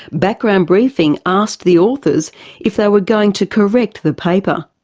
background briefing asked the authors if they were going to correct the paper.